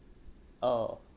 oh